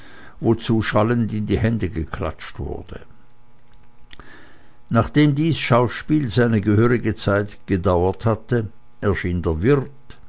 wozu schallend in die hände geklatscht wurde nachdem dies schauspiel seine gehörige zeit gedauert hatte erschien der wirt